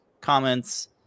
comments